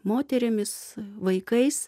moterimis vaikais